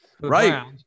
Right